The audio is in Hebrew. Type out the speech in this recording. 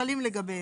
שחלים לגביו.